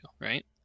right